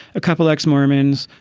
a couple ex mormons.